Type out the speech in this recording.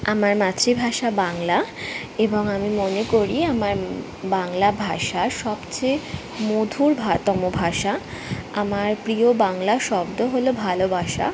আমার মাতৃভাষা বাংলা এবং আমি মনে করি আমার বাংলা ভাষা সবচেয়ে মধুরতম ভাষা আমার প্রিয় বাংলা শব্দ হল ভালোবাসা